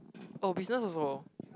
oh business also